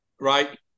right